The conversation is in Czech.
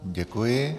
Děkuji.